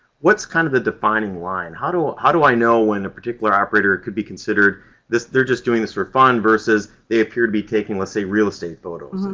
what's kind of the defining line? how do ah how do i know when a particular operator could be considered they're just doing this for fun versus they appear to be taking, let's say, real estate photos?